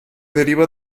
deriva